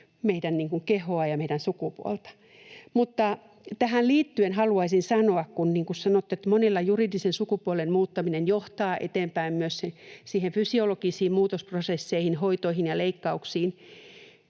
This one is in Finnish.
meidän kehoamme ja meidän sukupuoltamme. Mutta tähän liittyen haluaisin sanoa, kun — niin kuin sanottu — monilla juridisen sukupuolen muuttaminen johtaa eteenpäin myös niihin fysiologisiin muutosprosesseihin, hoitoihin ja leikkauksiin,